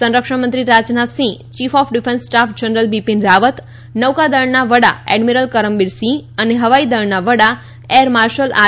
સંરક્ષણ મંત્રી Rajnath Singh chief of defence staff general Bipin Rawat નૌકાદળના વડા એડમિરલ કરમબીર સિંહ અને હવાઈ દળના વડા એર માર્શલ આર